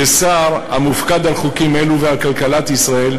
כשר המופקד על חוקים אלו ועל כלכלת ישראל,